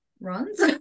runs